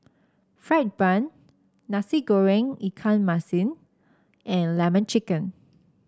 fried Bun Nasi Goreng Ikan Masin and lemon chicken